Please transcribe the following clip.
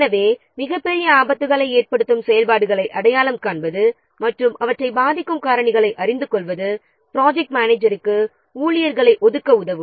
எனவே மிகப்பெரிய ஆபத்துக்களை ஏற்படுத்தும் செயல்பாடுகளை அடையாளம் காண்பது மற்றும் அவற்றை பாதிக்கும் காரணிகளை அறிந்துகொள்வது ப்ராஜெக்ட் மேனேஜருக்கு ஊழியர்களை ஒதுக்க உதவும்